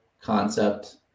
concept